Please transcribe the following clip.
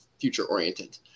future-oriented